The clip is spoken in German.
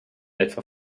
etwa